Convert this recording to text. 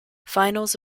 finals